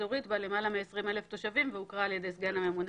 אזורית בה למעלה מ-20,000 תושבים והוכרה על ידי סגן הממונה